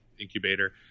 incubator